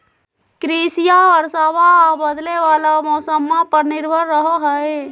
कृषिया बरसाबा आ बदले वाला मौसम्मा पर निर्भर रहो हई